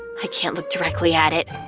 i can't look directly at it!